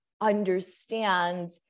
understand